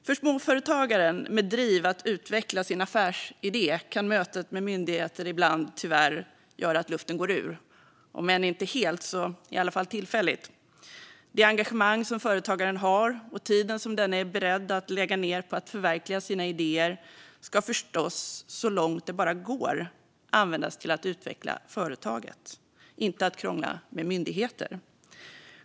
För småföretagaren med driv att utveckla sin affärsidé kan mötet med myndigheter ibland, tyvärr, göra att luften går ur, om än inte helt så i alla fall tillfälligt. Det engagemang som företagaren har och tiden som denne är beredd att lägga ned på att förverkliga sina idéer ska förstås, så långt det bara går, användas till att utveckla företaget - inte att krångla med myndigheter.